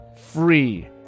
free